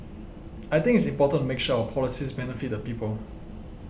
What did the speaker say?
I think it's important make sure our policies benefit the people